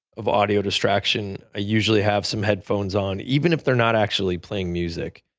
of audio distraction. i usually have some headphones on even if they're not actually playing music.